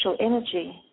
energy